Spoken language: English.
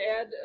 add